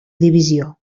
divisió